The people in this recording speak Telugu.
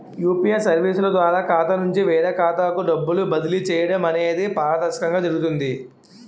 యూపీఏ సర్వీసుల ద్వారా ఖాతా నుంచి వేరే ఖాతాకు డబ్బులు బదిలీ చేయడం అనేది పారదర్శకంగా జరుగుతుంది